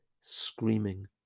screaming